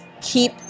keep